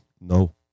no